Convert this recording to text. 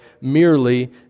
merely